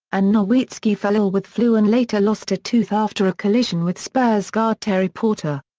and nowitzki fell ill with flu and later lost a tooth after a collision with spurs guard terry porter.